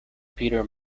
peter